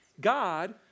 God